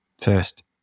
first